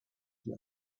die